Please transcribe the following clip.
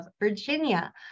Virginia